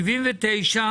הצבעה אושר.